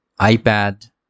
ipad